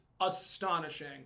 astonishing